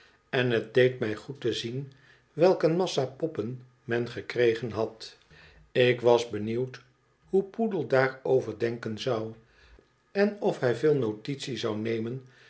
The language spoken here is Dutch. en het deed mij goed te zien welk een massa poppen men gekregen had ik was benieuwd hoe poedel daarover denken zou en of hij veel notitie zou nemen